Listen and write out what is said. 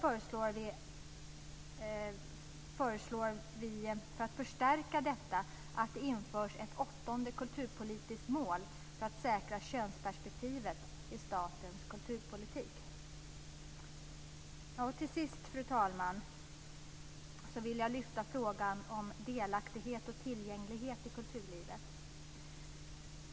Vidare föreslår vi för att förstärka detta att det införs ett åttonde kulturpolitiskt mål för att säkra könsperspektivet i statens kulturpolitik. Till sist, fru talman, vill jag lyfta frågan om delaktighet och tillgänglighet i kulturlivet.